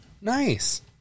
Nice